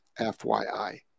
FYI